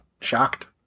shocked